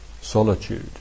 solitude